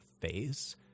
phase